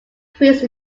increase